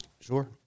Sure